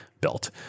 built